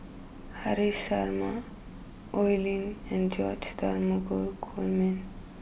Haresh Sharma Oi Lin and George Dromgold Coleman